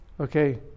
Okay